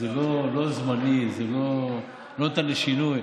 זה לא זמני, זה לא ניתן לשינוי.